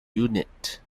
unit